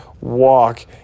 walk